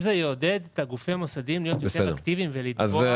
אם זה יעודד את הגופים המוסדיים להיות יותר אקטיבים ולתבוע,